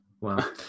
Wow